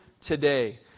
today